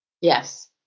Yes